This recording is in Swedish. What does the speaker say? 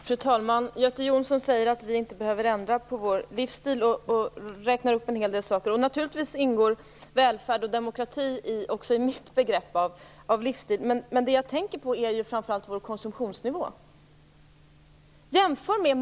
Fru talman! Göte Jonsson säger att vi inte behöver ändra på vår livsstil, och han räknar upp en hel del saker. Naturligtvis ingår välfärd och demokrati också i det som jag lägger i begreppet livsstil. Men vad jag tänker på är framför allt vår konsumtionsnivå.